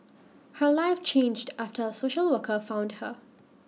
her life changed after A social worker found her